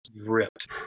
ripped